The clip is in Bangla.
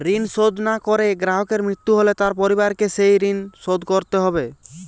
ঋণ শোধ না করে গ্রাহকের মৃত্যু হলে তার পরিবারকে সেই ঋণ শোধ করতে হবে?